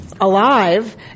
alive